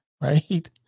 right